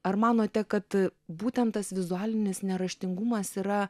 ar manote kad būtent tas vizualinis neraštingumas yra